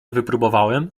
wypróbowałem